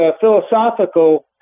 philosophical